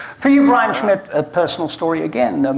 for you, brian schmidt, a personal story again, um